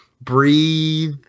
Breathe